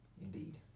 Indeed